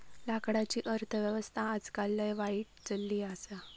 लाकडाची अर्थ व्यवस्था आजकाल लय वाईट चलली आसा